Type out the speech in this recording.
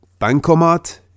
Bankomat